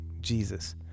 Jesus